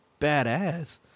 badass